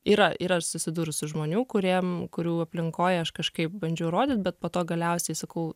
yra ir aš susidūrus su žmonių kuriem kurių aplinkoj aš kažkaip bandžiau įrodyt bet po to galiausiai sakau